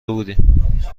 بودیم